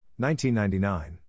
1999